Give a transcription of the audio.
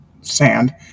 sand